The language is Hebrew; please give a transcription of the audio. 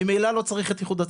ממילא לא צריך את איחוד .